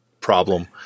problem